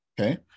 Okay